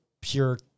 pure